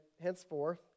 Henceforth